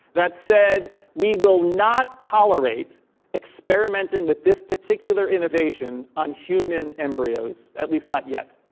that said, we will not tolerate experimenting with this particular innovation on human embryos, at least not yet.